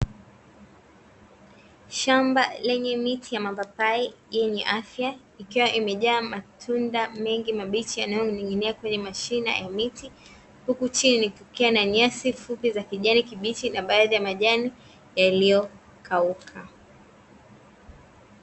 Shamba lenye miti ya mapapai yenye afya, ikiwa imejaa matunda mengi mabichi yanayoning'inia kwenye mashina ya miti, huku chini kukiwa na nyasi fupi za kijani kibichi na baadhi ya majani yaliyokauka.